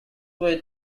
were